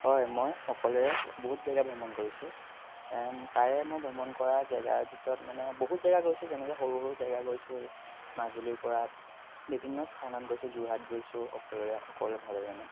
হয় মই অকলে বহুত জেগা ভ্ৰমণ কৰিছোঁ তাৰে মই ভ্ৰমণ কৰা জেগাৰ ভিতৰত মানে বহুত জেগা গৈছোঁ যেনেকৈ সৰু সৰু জেগা গৈছোঁ মাজুলীৰপৰা বিভিন্ন স্থানত গৈছোঁ যোৰহাট গৈছোঁ অকলে অকল ভাৱে মানে